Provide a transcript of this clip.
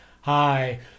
Hi